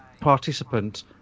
participant